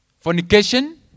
fornication